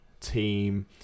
team